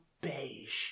beige